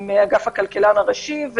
עם אגף הכלכלן הראשי.